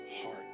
heart